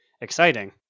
exciting